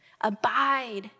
abide